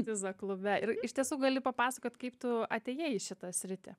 viza klube ir iš tiesų gali papasakot kaip tu atėjai į šitą sritį